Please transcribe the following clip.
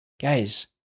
guys